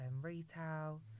retail